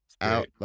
out